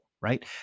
right